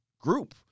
group